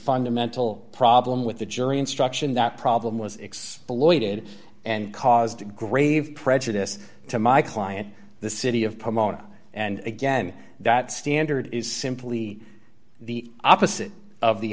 fundamental problem with the jury instruction that problem was exploited and caused grave prejudice to my client the city of pomona and again that standard is simply the opposite of the